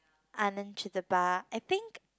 I think